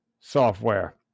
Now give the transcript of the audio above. software